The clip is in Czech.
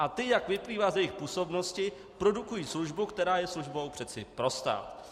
A ty, jak vyplývá z jejich působnosti, produkují službu, která je službou přeci pro stát.